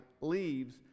leaves